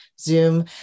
Zoom